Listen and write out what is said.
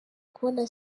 kubona